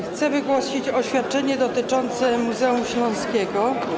Chcę wygłosić oświadczenie dotyczące Muzeum Śląskiego.